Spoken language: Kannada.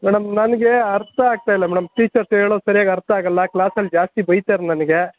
ಮೇಡಮ್ ನನಗೇ ಅರ್ಥ ಆಗ್ತಾಯಿಲ್ಲ ಮೇಡಮ್ ಟೀಚರ್ಸ್ ಹೇಳೋದ್ ಸರಿಯಾಗಿ ಅರ್ಥ ಆಗೋಲ್ಲ ಕ್ಲಾಸಲ್ಲಿ ಜಾಸ್ತಿ ಬೈತಾರೆ ನನಗೆ